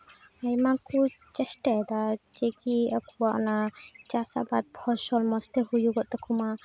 ᱟᱭᱢᱟ ᱠᱚ ᱪᱮᱥᱴᱟᱭᱮᱫᱟ ᱡᱮ ᱠᱤ ᱟᱠᱚᱣᱟᱜ ᱚᱱᱟ ᱪᱟᱥ ᱟᱵᱟᱫ ᱯᱷᱚᱥᱚᱞ ᱢᱚᱡᱽ ᱛᱮ ᱦᱩᱭᱩᱜᱚᱜ ᱛᱟᱠᱚ ᱢᱟ